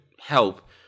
help